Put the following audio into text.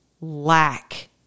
lack